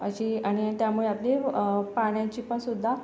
अशी आणि त्यामुळे आपली पाण्याची पण सुद्धा